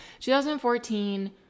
2014